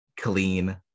clean